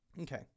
Okay